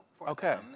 Okay